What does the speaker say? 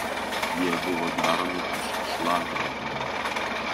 jie buvo daromi iš šlakbetonio